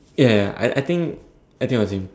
ya ya I I think I think it was him